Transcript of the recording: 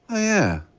yeah,